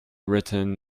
written